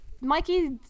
Mikey